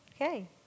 Okay